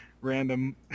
random